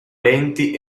lenti